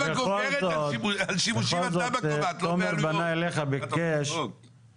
ביקש